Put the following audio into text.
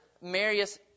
Marius